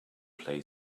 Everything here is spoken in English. play